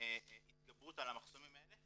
התגברות על המחסומים האלה,